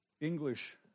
English